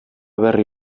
berri